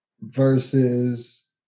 versus